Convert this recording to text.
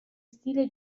stile